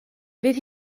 fydd